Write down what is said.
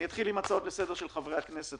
אני אתחיל בהצעות לסדר של חברי הכנסת.